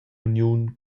uniun